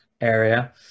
area